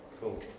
Cool